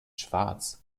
schwarz